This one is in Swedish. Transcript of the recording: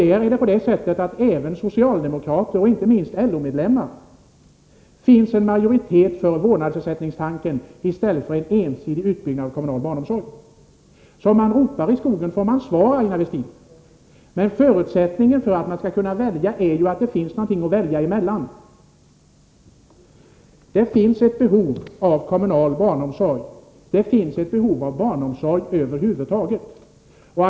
Även bland socialdemokrater och inte minst LO-medlemmar finns en majoritet för vårdnadsersättningstanken framför en ensidig utbyggnad av kommunal barnomsorg. Som man ropar i skogen får man svar, Aina Westin. Förutsättningen för ett val är ju att det finns något att välja emellan. Det finns ett behov av kommunal barnomsorg, och det finns över huvud taget ett behov av barnomsorg.